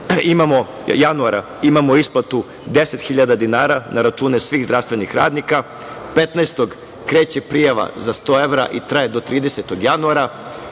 imamo isplatu 10.000 dinara na račune svih zdravstvenih radnika, 15. kreće prijava za 100 evra i traje do 30. januara,